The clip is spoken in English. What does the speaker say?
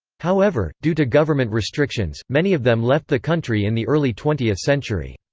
however, due to government restrictions, many of them left the country in the early twentieth century.